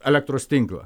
elektros tinklą